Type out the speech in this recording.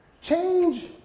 change